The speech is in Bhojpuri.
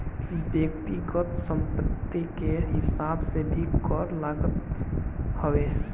व्यक्तिगत संपत्ति के हिसाब से भी कर लागत हवे